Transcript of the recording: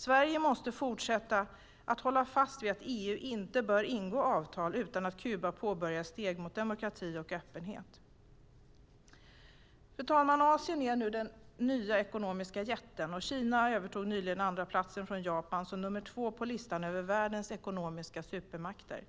Sverige måste fortsätta att hålla fast vid att EU inte bör ingå avtal utan att Kuba påbörjar steg mot demokrati och öppenhet. Fru talman! Asien är nu den nya ekonomiska jätten. Kina övertog nyligen andraplatsen från Japan som nummer två på listan över världens ekonomiska supermakter.